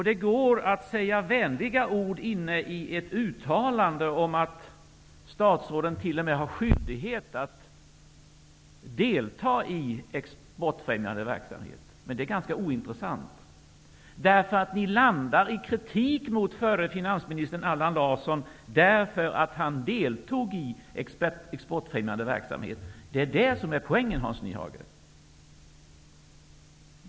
Det går att säga vänliga ord inne i ett uttalande om att statsråden t.o.m. har skyldighet att delta i exportfrämjande verksamhet, men det är ganska ointressant. Ni landar i kritik mot förre finansministern Allan Larsson därför att han deltog i exportfrämjande verksamhet. Det är det som är poängen, Hans Nyhage.